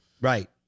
Right